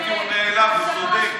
האמת שהוא נעלב, הוא צודק.